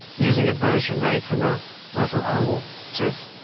using a burnisher made from a little animal tooth.